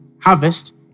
harvest